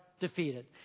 defeated